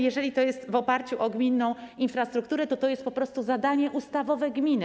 Jeżeli to jest w oparciu o gminną infrastrukturę, to to jest po prostu zadanie ustawowe gminy.